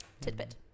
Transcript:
Tidbit